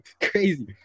crazy